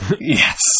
Yes